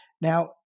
Now